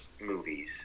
movies